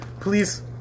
Please